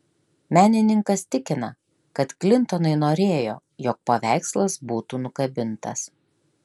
menininkas tikina kad klintonai norėjo jog paveikslas būtų nukabintas